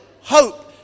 hope